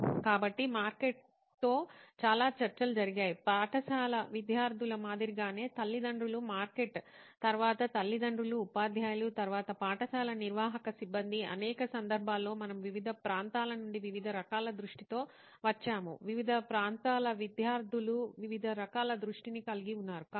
కాబట్టి మార్కెట్తో చాలా చర్చలు జరిగాయి పాఠశాల విద్యార్థుల మాదిరిగానే తల్లిదండ్రుల మార్కెట్ తరువాత తల్లిదండ్రులు ఉపాధ్యాయులు తరువాత పాఠశాల నిర్వాహక సిబ్బంది అనేక సందర్భాల్లో మనము వివిధ ప్రాంతాల నుండి వివిధ రకాల దృష్టితో వచ్చాము వివిధ ప్రాంతాల విద్యార్థులు వివిధ రకాల దృష్టిని ను కలిగి ఉన్నారు